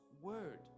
word